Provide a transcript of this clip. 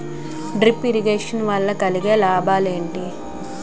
Drip irrigation వల్ల కలిగే లాభాలు ఏంటి?